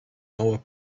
our